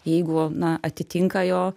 jeigu na atitinka jo